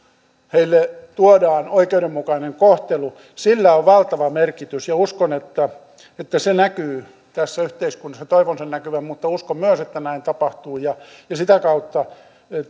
heille tuodaan oikeudenmukainen kohtelu on valtava merkitys uskon että että se näkyy tässä yhteiskunnassa toivon sen näkyvän mutta uskon myös että näin tapahtuu ja ja sitä kautta